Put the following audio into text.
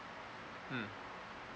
mm